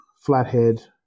flathead